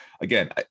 Again